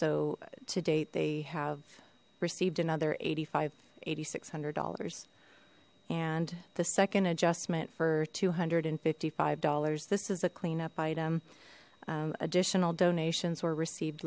so to date they have received another eighty five eighty six hundred dollars and the second adjustment for two hundred and fifty five dollars this is a clean up item additional donations were received